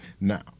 now